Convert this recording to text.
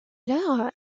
lors